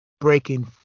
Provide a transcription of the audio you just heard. breaking